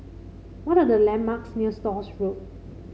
what are the landmarks near Stores Road